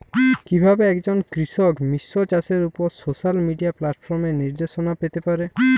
কিভাবে একজন কৃষক মিশ্র চাষের উপর সোশ্যাল মিডিয়া প্ল্যাটফর্মে নির্দেশনা পেতে পারে?